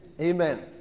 amen